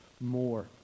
more